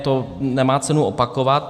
To nemá cenu opakovat.